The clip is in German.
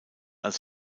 als